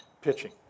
pitching